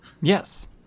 Yes